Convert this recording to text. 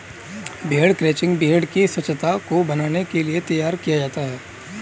भेड़ क्रंचिंग भेड़ की स्वच्छता को बनाने के लिए किया जाता है